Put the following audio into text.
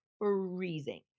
freezing